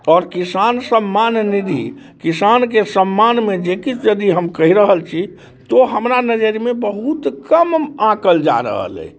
आओर किसान सम्मान निधि किसानके सम्मानमे जे किछु यदि हम कहि रहल छी तऽ ओ हमरा नजरिमे बहुत कम आँकल जा रहल अइ